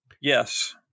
Yes